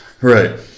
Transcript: right